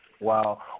Wow